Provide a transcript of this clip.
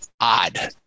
odd